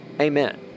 Amen